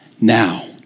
now